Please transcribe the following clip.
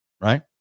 right